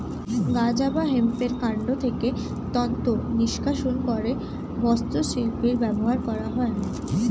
গাঁজা বা হেম্পের কান্ড থেকে তন্তু নিষ্কাশণ করে বস্ত্রশিল্পে ব্যবহার করা হয়